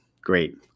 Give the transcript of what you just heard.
great